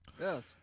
Yes